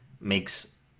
makes